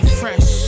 fresh